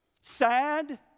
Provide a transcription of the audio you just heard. Sad